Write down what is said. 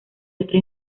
otra